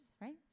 right